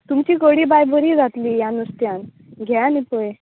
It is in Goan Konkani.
तुमची कडी बाय बरीं जातलीं ह्या नुस्त्यान घे आनी पय